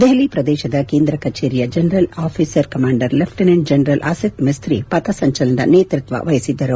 ದೆಹಲಿ ಪ್ರದೇಶದ ಕೇಂದ್ರ ಕಚೇರಿಯ general officer commander lieutenant general Asit Mistry ಪಥ ಸಂಚಲನದ ನೇತೃತ್ವ ವಹಿಸಿದ್ದರು